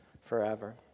forever